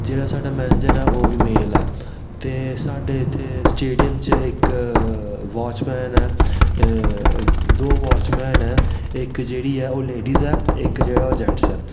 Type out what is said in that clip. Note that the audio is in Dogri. जेह्ड़ा साढ़ा मनेंजर ऐ ओह् बी मेल ऐ ते साढ़े इत्थै स्टेडियम च इक वॉचमैन ऐ दो वॉचमैन ऐ इक जेह्ड़ी ऐ ओह् लेडिस ऐ इक जोह्ड़ा ओह् जैंटस ऐ